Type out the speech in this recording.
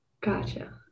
gotcha